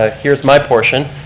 ah here's my portion.